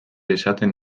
esaten